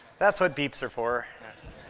that's what beeps are for.